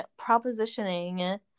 propositioning